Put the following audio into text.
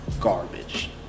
garbage